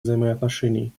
взаимоотношений